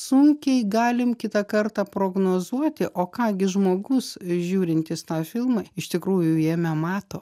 sunkiai galim kitą kartą prognozuoti o ką gi žmogus žiūrintis tą filmą iš tikrųjų jame mato